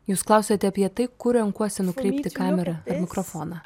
jūs klausiate apie tai kur renkuosi nukreipti kamerą ar mikrofoną